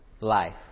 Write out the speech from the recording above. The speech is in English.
life